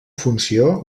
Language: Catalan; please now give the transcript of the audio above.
funció